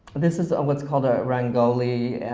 this is ah what's called a rangoli